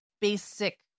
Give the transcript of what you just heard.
basic